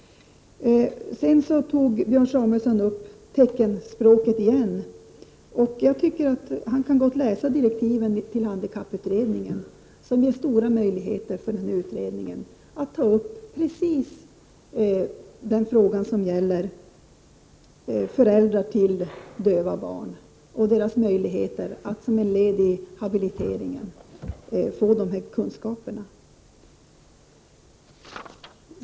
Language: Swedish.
Björn Samuelson tog på nytt upp teckenspråket. Jag tycker att Björn Samuelson gott kan läsa direktiven till handikapputredningen. De ger stora Prot. 1988/89:35 möjligheter för den utredningen att ta upp just den fråga som gäller föräldrar 30 november 1988 till döva barn och deras möjligheter att som ett led i barnens habilitering få = Tmo.oorojermn kunskaper i teckenspråk.